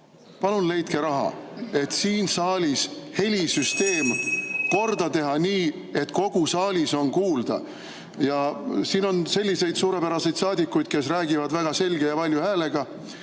Palun leidke raha, et siin saalis helisüsteem korda teha nii, et kogu saalis on kuulda. Siin on selliseid suurepäraseid saadikuid, kes räägivad väga selge ja valju häälega,